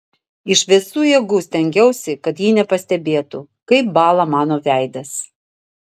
iš visų jėgų stengiausi kad ji nepastebėtų kaip bąla mano veidas